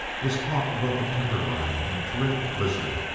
was caught above the timberline in a terrific blizzard,